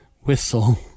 whistle